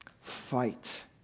fight